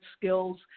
skills